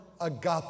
agape